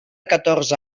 catorze